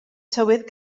tywydd